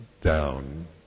down